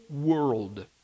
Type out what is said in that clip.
world